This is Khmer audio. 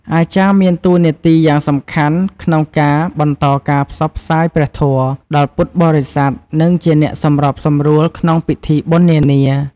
អាចារ្យមានតួនាទីយ៉ាងសំខាន់ក្នុងការ បន្តការផ្សព្វផ្សាយព្រះធម៌ ដល់ពុទ្ធបរិស័ទ និងជាអ្នកសម្របសម្រួលក្នុងពិធីបុណ្យនានា។